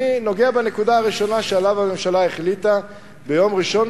אני נוגע בנקודה הראשונה שעליה החליטה הממשלה ביום ראשון,